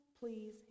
please